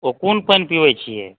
ओ कोन पानि पीबैत छियै